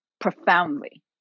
profoundly